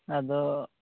ᱟᱫᱚ